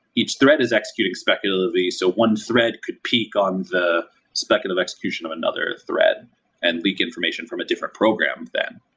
each thread is executing speculatively. so once thread could peek on the speculative execution of another thread and leak information from a different program of that.